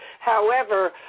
however,